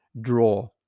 draw